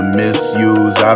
misuse